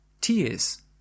tears